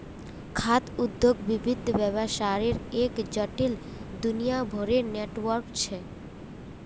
खाद्य उद्योग विविध व्यवसायर एक जटिल, दुनियाभरेर नेटवर्क छ